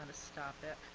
stop it.